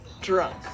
drunk